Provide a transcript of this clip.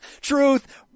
truth